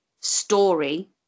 story